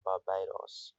barbados